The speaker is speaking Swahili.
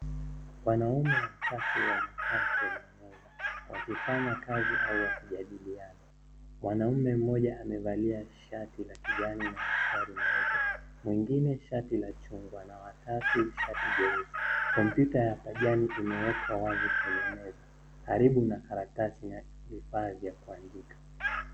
Wanaume watatu wamekaa kwenye meza, wakifanya kazi au wakijadiliana. Mwanaume mmoja amevalia shati la kijani na mistari mieupe, mwingine shati la chungwa, na wa tatu shati jeusi. Kompyuta ya pajani imeekwa wazi kwenye meza, karibu na karatasi na vifaa vya kuandika.